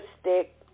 stick